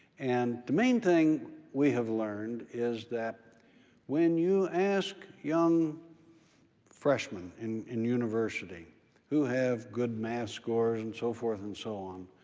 and the main thing we have learned is that when you ask young freshmen in in university who have good math scores and so forth and so on,